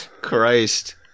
Christ